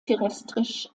terrestrisch